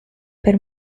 per